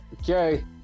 okay